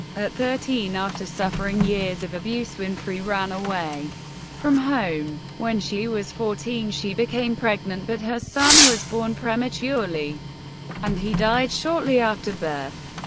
at thirteen, after suffering years of abuse, winfrey ran away from home. when she was fourteen, she became pregnant, but her son was born prematurely and he died shortly after birth.